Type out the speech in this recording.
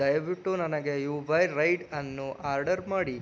ದಯವಿಟ್ಟು ನನಗೆ Uber ride ಅನ್ನು ಆರ್ಡರ್ ಮಾಡಿ